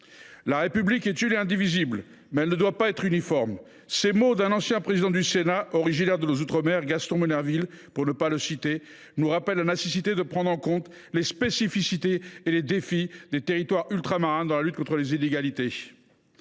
La République est une et indivisible, mais elle ne doit pas être uniforme. » Ces mots d’un ancien président du Sénat originaire de nos outre mer – Gaston Monnerville, pour ne pas le citer – nous rappellent la nécessité de prendre en compte les spécificités et les défis des territoires ultramarins dans la lutte contre les inégalités.